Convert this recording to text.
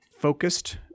focused